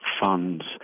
funds